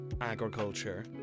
agriculture